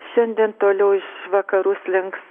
šiandien toliau iš vakarų slinks